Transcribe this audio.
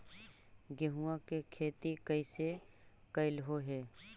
गेहूआ के खेती कैसे कैलहो हे?